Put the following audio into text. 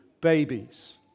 babies